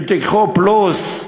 אם תיקחו פלוס,